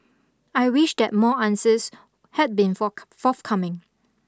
I wish that more answers had been for forthcoming